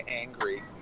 angry